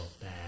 bad